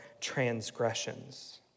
transgressions